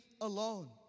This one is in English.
alone